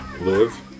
live